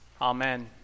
Amen